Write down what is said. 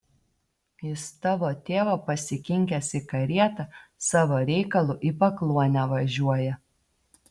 jis tavo tėvą pasikinkęs į karietą savo reikalu į pakluonę važiuoja